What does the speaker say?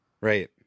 Right